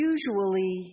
Usually